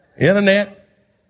Internet